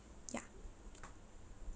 yeah